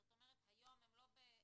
זאת אומרת היום הם לא בהמתנה,